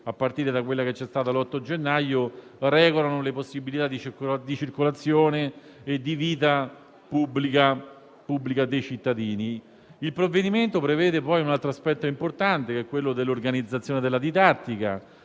a partire da quella emanata l'8 gennaio, regolano le possibilità di circolazione e di vita pubblica dei cittadini. Il provvedimento prevede poi un altro aspetto importante, che è quello dell'organizzazione della didattica,